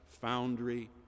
Foundry